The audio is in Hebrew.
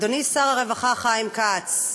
אדוני שר הרווחה חיים כץ,